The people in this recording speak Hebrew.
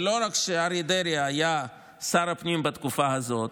ולא רק שאריה דרעי היה שר הפנים בתקופה הזאת,